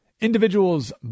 Individuals